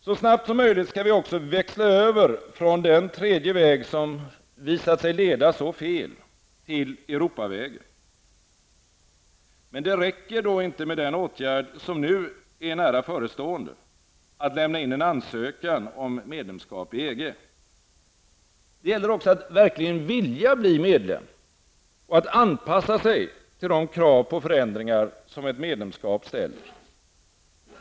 Så snabbt som möjligt skall vi också växla över från den tredje vägen, som visat sig leda så fel, till Europavägen. Men det räcker inte med den åtgärd som nu är nära förestående: att lämna in en ansökan om medlemskap i EG. Det gäller också att verkligen vilja bli medlem och att anpassa sig till de krav på förändringar som ett medlemskap ställer.